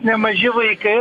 ne maži vaikai